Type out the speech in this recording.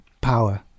power